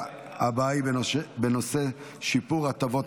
תודה רבה ליושב-ראש הקואליציה שהסכים לדון בהצעה הזו.